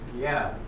yeah,